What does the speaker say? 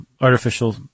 artificial